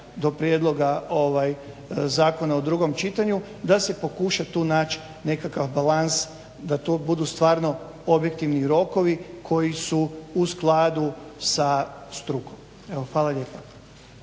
do prijedloga ovaj zakona u drugom čitanju da se pokuša tu naći nekakav balans, da to budu stvarno objektivni rokovi koji su u skladu sa strukom. Evo hvala lijepa.